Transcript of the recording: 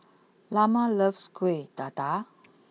Lamar loves Kuih Dadar